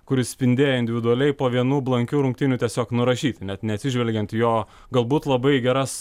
kuris spindėjo individualiai po vienų blankių rungtynių tiesiog nurašyti net neatsižvelgiant į jo galbūt labai geras